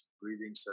breathing